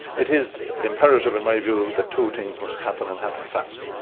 it is imperative in my view that two things must happen and happen fast.